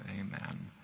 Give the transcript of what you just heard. Amen